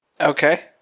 Okay